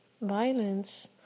violence